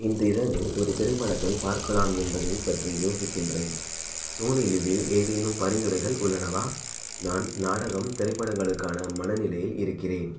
இன்றிரவு ஒரு திரைப்படத்தை பார்க்கலாம் என்பதைப் பற்றி யோசிக்கின்றேன் சோனிலிவ்வில் ஏதேனும் பரிந்துரைகள் உள்ளனவா நான் நாடகம் திரைப்படங்களுக்கான மனநிலையில் இருக்கிறேன்